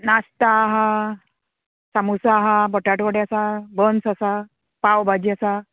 नाश्ता आहा सामोसा आहा बटाटवडे आसा बन्स आसा पाव भाजी आसा